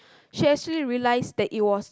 she actually realise that it was